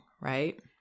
right